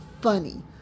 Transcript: funny